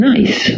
Nice